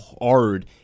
hard